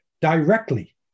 directly